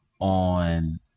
on